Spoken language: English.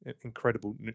Incredible